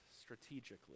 strategically